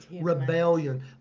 rebellion